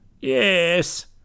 Yes